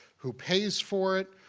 who pays for it,